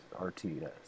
RTS